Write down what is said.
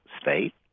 state